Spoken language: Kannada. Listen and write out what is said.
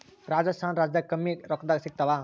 ರಾಜಸ್ಥಾನ ರಾಜ್ಯದಾಗ ಕಮ್ಮಿ ರೊಕ್ಕದಾಗ ಸಿಗತ್ತಾವಾ?